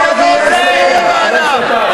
אתה לא עושה כלום למענם.